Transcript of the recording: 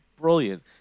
brilliant